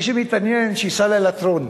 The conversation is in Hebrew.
מי שמתעניין, שייסע ללטרון.